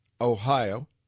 Ohio